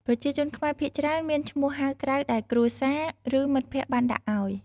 ប្រជាជនខ្មែរភាគច្រើនមានឈ្មោះហៅក្រៅដែលគ្រួសារ ឬមិត្តភក្តិបានដាក់ឲ្យ។